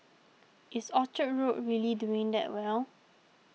is Orchard Road really doing that well